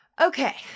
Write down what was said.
Okay